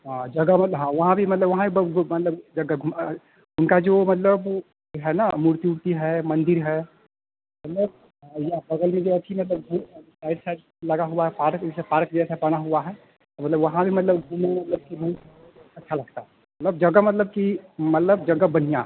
हाँ जगह मतलब हाँ वहाँ भी मतलब वहाँ भी मतलब जगह घूम उनका जो मतलब है ना मूर्ति उर्ति है मन्दिर है मतलब हाँ यह बगल में जो ऐसा लगा हुआ है पार्क ऐसे पार्क जैसा बना हुआ है मतलब वहाँ भी मतलब घूमने मतलब कि वहाँ अच्छा लगता है मतलब जगह मतलब कि मतलब जगह बढ़ियाँ है